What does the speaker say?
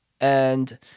and-